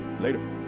Later